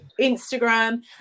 instagram